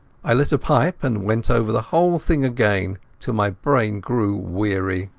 i lit a pipe and went over the whole thing again till my brain grew weary.